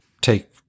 take